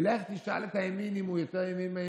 לך תשאל את הימין אם הוא יותר ימין מימין.